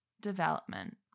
development